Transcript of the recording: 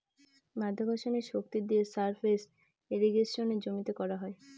মাধ্যাকর্ষণের শক্তি দিয়ে সারফেস ইর্রিগেশনে জমিতে করা হয়